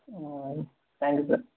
ம் thank you sir